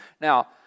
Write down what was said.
Now